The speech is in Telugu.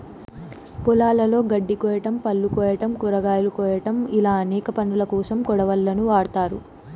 పొలాలలో గడ్డి కోయడం, పళ్ళు కోయడం, కూరగాయలు కోయడం ఇలా అనేక పనులకోసం కొడవళ్ళను వాడ్తారు